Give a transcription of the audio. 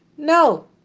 No